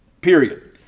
period